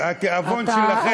התיאבון שלכם,